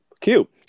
Cute